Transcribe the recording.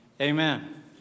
Amen